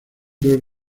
dos